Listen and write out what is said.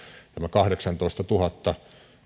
kahdeksantoistatuhatta